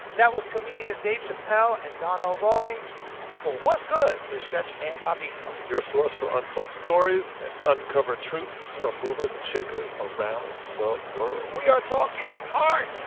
that was comedians dave chappelle and donnell rawlings for what's good with stretch and bobbito your source for untold stories and uncovered truths from movers and shakers around the world we are talking art,